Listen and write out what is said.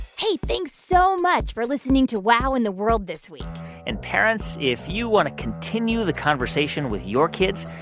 hey, thanks so much for listening to wow in the world this week and parents, if you want to continue the conversation with your kids,